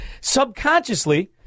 subconsciously